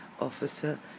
officer